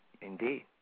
Indeed